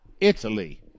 Italy